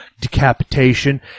decapitation